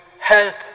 help